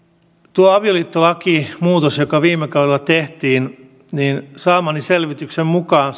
tuo avioliittolakimuutos joka viime kaudella tehtiin saamani selvityksen mukaan